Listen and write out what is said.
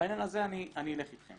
אני אלך אתכם.